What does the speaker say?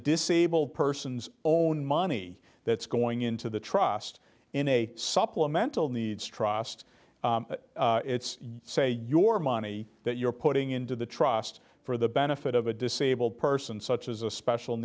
disabled persons own money that's going into the trust in a supplemental needs trust it's say your money that you're putting into the trust for the benefit of a disabled person such as a special